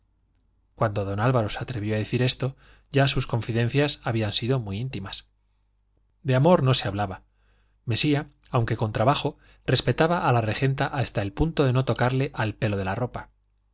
cuando don álvaro se atrevió a decir esto ya sus confidencias habían sido muy íntimas de amor no se hablaba mesía aunque con trabajo respetaba a la regenta hasta el punto de no tocarle al pelo de la ropa